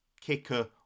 kicker